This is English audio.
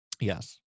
Yes